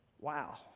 Wow